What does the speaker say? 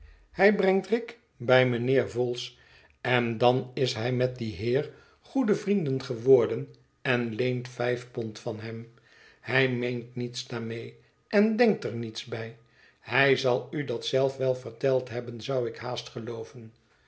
hij brengt rick bij mijnheer vholes en dan is hij met dien heer goede vrienden geworden en leent vijf pond van hem hij meent niets daarmee en denkt er niets bij hij zal u dat zelf verteld hebben zou ik haast gelooven